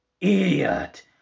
Idiot